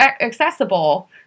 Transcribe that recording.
accessible